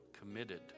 committed